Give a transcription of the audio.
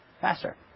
Faster